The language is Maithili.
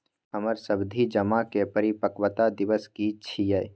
हमर सावधि जमा के परिपक्वता दिवस की छियै?